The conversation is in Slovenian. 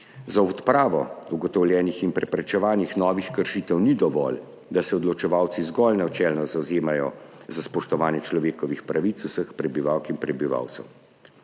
Za odpravo ugotovljenih in preprečevanje novih kršitev ni dovolj, da se odločevalci zgolj načelno zavzemajo za spoštovanje človekovih pravic vseh prebivalk in prebivalcev.